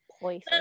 Poison